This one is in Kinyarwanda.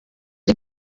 ari